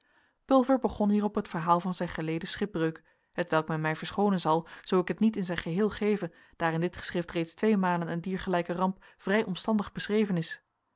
begon hierop het verhaal van zijn geleden schipbreuk hetwelk men mij verschoonen zal zoo ik het niet in zijn geheel geve daar in dit geschrift reeds tweemalen een diergelijke ramp vrij omstandig beschreven is